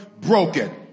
Broken